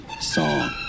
song